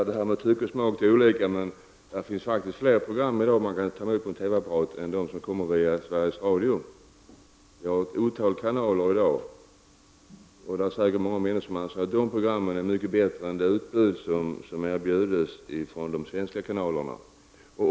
Herr talman! Tycke och smak är olika, men det finns faktiskt i dag fler program som man kan ta emot i en TV-apparat än de som kommer via Sveriges Radio. Det finns i dag ett otal kanaler, och det finns säkert många människor som tycker att de programmen är mycket bättre än det utbud som erbjuds av de svenska kanalerna.